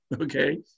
Okay